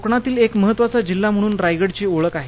कोकणातील एक महत्त्वाचा जिल्हा म्हणून रायगडची ओळख आहे